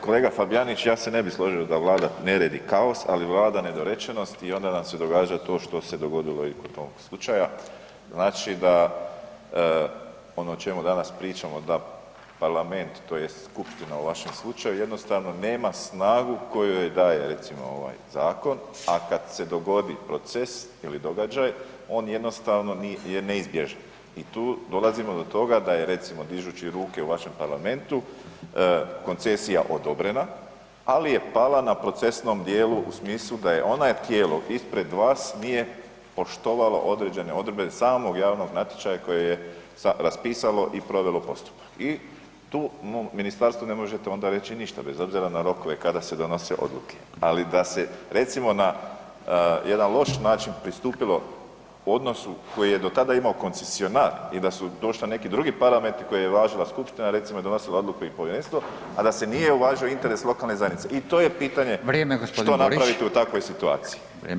Kolega Fabijanić, ja se ne bio složio da vlada nered i kaos ali vlada nedorečenost i onda nam se događa to što se dogodilo i kod tog slučaja, znači da ono o čemu danas pričamo da parlament tj. skupština u vašem slučaju, jednostavno nema snagu koju daje recimo ovaj zakon a kad se dogodi proces ili događaj, on jednostavno je neizbježan i tu dolazimo do toga da je recimo dižući ruke u vašem parlamentu, koncesija odobrena ali je pala na procesnom djelu u smislu da ona je tijelo ispred vas nije poštovalo određene odredbe samog javnog natječaja koje je raspisalo i provelo postupak. i tu ministarstvu ne možete onda reći ništa bez obzira na rokove kada se donose odluke ali da se recimo na jedan loš način pristupilo odnosu koji je do tada imao koncesionar i da su došli neki drugi parametri koje je uvažila skupština recimo i donosila odluke i povjerenstvo a da se nije uvažio interes lokalne zajednice i to je pitanje [[Upadica Radin: Vrijeme, g. Borić.]] što napraviti u takvoj situaciji.